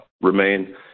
remain